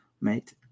mate